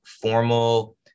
formal